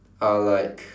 are like